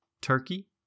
turkey